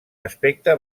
aspecte